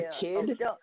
kid